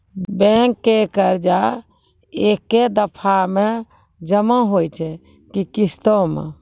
Bank के कर्जा ऐकै दफ़ा मे जमा होय छै कि किस्तो मे?